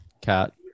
cat